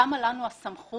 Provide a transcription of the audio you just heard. תהיה לנו סמכות